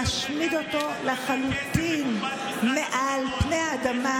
להשמיד אותו לחלוטין מעל פני האדמה,